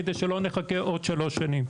כדי שלא נחכה עוד שלוש שנים.